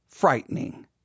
Frightening